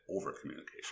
over-communication